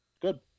good